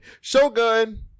Shogun